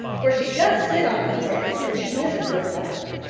for she does sit on those eggs and she is a good mother.